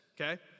okay